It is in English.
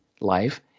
life